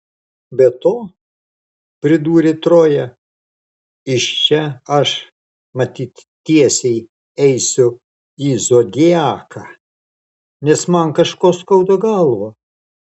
be to pridūrė troja iš čia aš matyt tiesiai eisiu į zodiaką nes man kažko skauda galvą